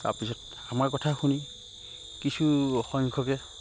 তাৰপিছত আমাৰ কথা শুনি কিছুসংখ্যকে